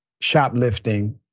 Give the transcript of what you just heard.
shoplifting